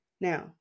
Now